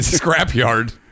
scrapyard